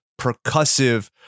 percussive